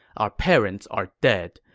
our parents are dead.